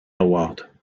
howard